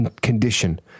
condition